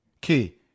Key